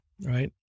right